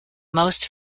most